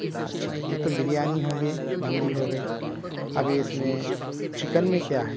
اچھا یہ تو بریانی ہو گئی مندی ہو گئی اب اِس میں چِکن میں کیا ہے